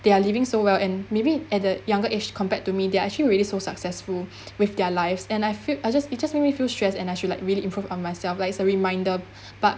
they are living so well and maybe at the younger age compared to me they're actually really so successful with their lives and I feel I just it just make me feel stressed and I should like really improve on myself likes it's a reminder but